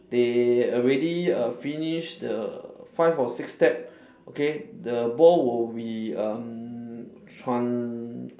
they already err finish the five or six tap okay the ball will be um tran~